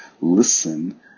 listen